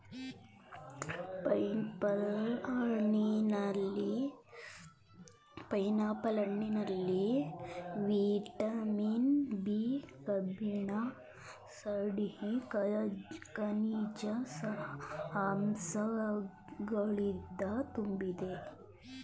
pineapple ಹಣ್ಣಿನಲ್ಲಿ vitamin B, ಕಬ್ಬಿಣ sodium, ಕನಿಜ ಅಂಶಗಳಿಂದ ತುಂಬಿದೆ